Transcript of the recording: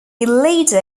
leader